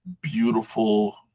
beautiful